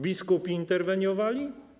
Biskupi interweniowali?